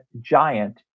giant